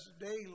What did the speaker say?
daily